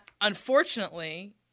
unfortunately